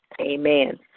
Amen